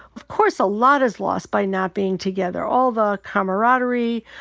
of course, a lot is lost by not being together. all the camaraderie,